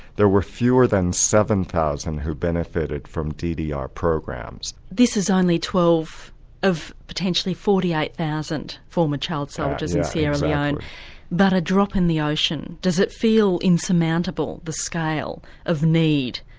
there were fewer than seven thousand who benefited from ddr programs. this is only twelve of potentially forty eight thousand former child soldiers in sierra leone but a drop in the ocean. does it feel insurmountable, the scale of need?